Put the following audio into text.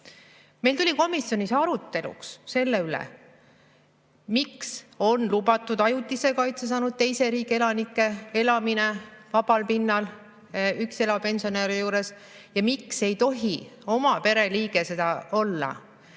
Meil tuli komisjonis arutelu selle üle, miks on lubatud ajutise kaitse saanud teise riigi elanike elamine vabal pinnal üksi elava pensionäri juures ja miks ei tohi oma pere liige seda teha.